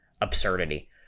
absurdity